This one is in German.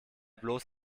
bloß